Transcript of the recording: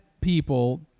people